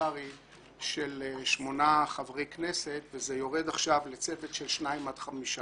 פרלמנטרי של שמונה חברי כנסת וזה יורד עכשיו לצוות של שניים עד חמישה.